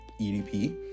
EDP